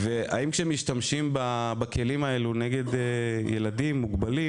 האם כשמשתמשים בכלים האלה נגד ילדים מוגבלים